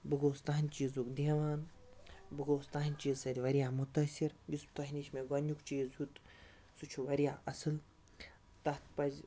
بہٕ گوٚوُس تُہُنٛدِ چیٖزُک دیوان بہٕ گوٚوُس تُہُنٛدِ چیٖزٕ سۭتۍ واریاہ مُتٲثر یُس تۄہہِ نِش مےٚ گۄڈنیُک چیٖز ہیوٚت سُہ چھُ واریاہ اَصٕل تَتھ پَزِ